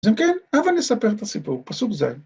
‫אז אם כן, הבה נספר את הסיפור. ‫פסוק זה.